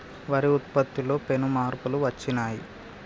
వరి ఉత్పత్తిలో పెను మార్పులు వచ్చినాయ్